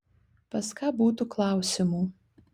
pas ką būtų klausimų